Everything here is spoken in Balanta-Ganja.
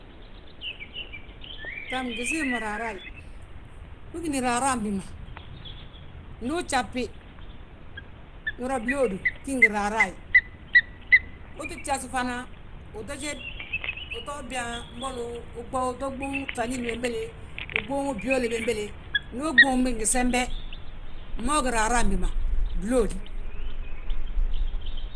bta ngi siim mo raaraayi, wi gíni raaraayi bi ma? Ndu ujasbi, nhúra blóodu bgí ngi raaraayi, uu tti bjas fana, uto jéd, uto byaa, mbolu utu ɓuuŋ ŧañili bembéle, uɓuuŋi byóoli bembéle, ndu uɓuubi ngi sembe. Moo gí raaraabi ma, blóodi.